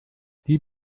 die